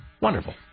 Wonderful